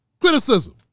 criticism